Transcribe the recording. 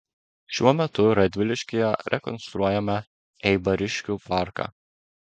šiuo metu radviliškyje rekonstruojame eibariškių parką